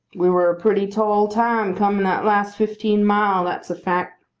we were a pretty tall time coming that last fifteen mile. that's a fact.